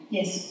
Yes